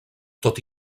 tot